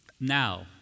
Now